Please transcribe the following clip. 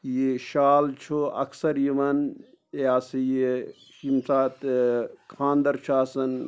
یہِ شال چھُ اکثر یِوان یہِ ہسا یہِ ییٚمہِ ساتہٕ خانٛدَر چھُ آسَان